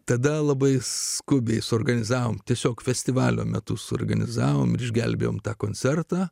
tada labai skubiai suorganizavome tiesiog festivalio metu suorganizavome ir išgelbėjome tą koncertą